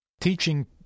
teaching